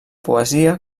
poesia